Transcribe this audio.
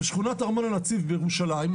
בשכונת ארמון הנציב בירושלים,